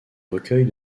recueils